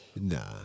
Nah